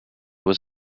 was